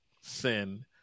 sin